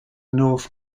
norse